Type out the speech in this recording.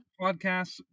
podcasts